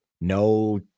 No